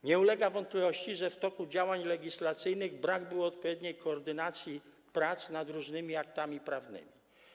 Nie ulega wątpliwości, że w toku działań legislacyjnych brak było odpowiedniej koordynacji prac nad różnymi aktami prawnymi.